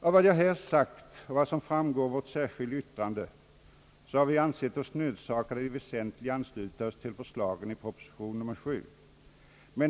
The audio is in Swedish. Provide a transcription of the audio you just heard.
Av vad jag här har sagt och av vad som framgår av vårt särskilda yttrande har vi ansett oss nödsakade att i det väsentliga ansluta oss till förslagen i proposition nr 7.